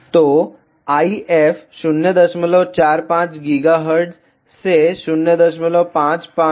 तो IF 045 GHz से 055 GHz तक है